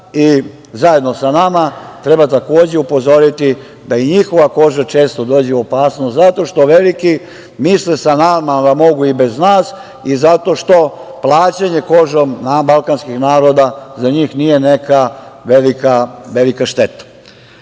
i zajedno sa nama treba takođe upozoriti da i njihova koža često dođe u opasnost zato što veliki misle sa nama, da mogu i bez nas i zato što plaćanje kožom nas balkanskih naroda za njih nije neka velika šteta. Dame